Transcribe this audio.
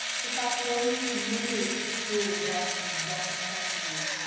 if i could only humiliate the cruel wretch who is thus oppressing you,